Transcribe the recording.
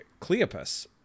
Cleopas